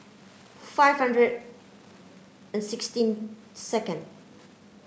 five hundred and sixteen second